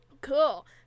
Cool